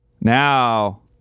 Now